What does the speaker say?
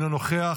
אינו נוכח,